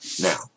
Now